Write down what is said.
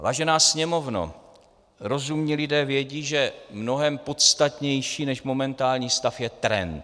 Vážená Sněmovno, rozumní lidé vědí, že mnohem podstatnější než momentální stav je trend.